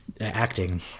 acting